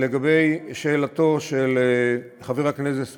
לגבי שאלתו של חבר הכנסת מוזס,